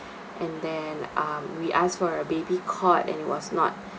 and then um we asked for a baby cot and it was not